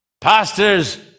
pastors